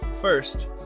First